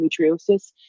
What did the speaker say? endometriosis